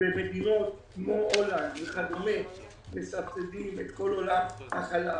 במדינות כמו הולנד וכדומה מסבסדים את כל עולם החלב